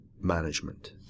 management